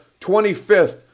25th